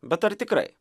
bet ar tikrai